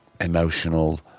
emotional